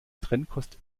trennkost